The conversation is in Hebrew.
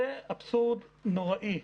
זה אבסורד נוראי.